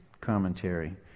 commentary